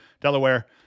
Delaware